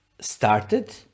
started